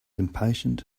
impatient